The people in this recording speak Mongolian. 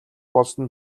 болсон